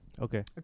Okay